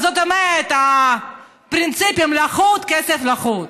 זאת אומרת, הפרינציפים לחוד, כסף לחוד,